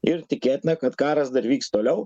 ir tikėtina kad karas dar vyks toliau